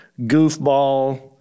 goofball